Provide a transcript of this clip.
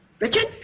Richard